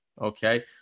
okay